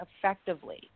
effectively